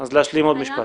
אז להשלים עוד משפט.